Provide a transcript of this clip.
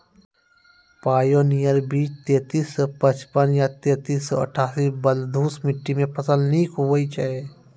Pioneer बीज तेंतीस सौ पचपन या तेंतीस सौ अट्ठासी बलधुस मिट्टी मे फसल निक होई छै?